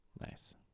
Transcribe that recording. Nice